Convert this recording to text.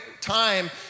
time